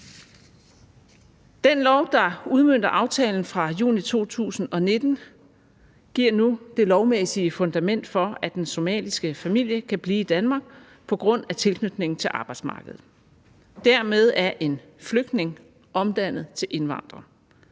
Den lov, der udmønter aftalen fra juni 2019, giver nu det lovmæssige fundament for, at den somaliske familie kan blive i Danmark på grund af tilknytning til arbejdsmarkedet, og dermed er en flygtning omdannet til indvandrer,